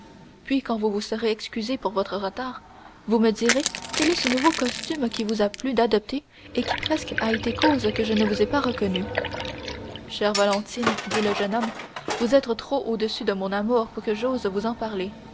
puis quand vous vous serez excusé sur votre retard vous me direz quel est ce nouveau costume qu'il vous a plu d'adopter et qui presque a été cause que je ne vous ai pas reconnu chère valentine dit le jeune homme vous êtes trop au-dessus de mon amour pour que j'ose vous en parler